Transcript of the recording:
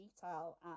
detail